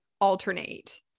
alternate